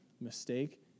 mistake